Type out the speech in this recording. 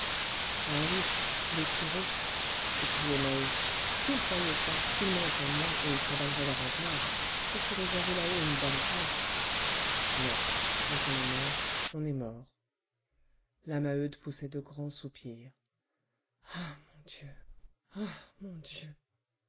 ah ouiche les curés s'écriait maheu s'ils croyaient ça ils mangeraient moins et ils travailleraient davantage pour se réserver là-haut une bonne place non quand on est mort on est mort la maheude poussait de grands soupirs ah mon dieu ah mon dieu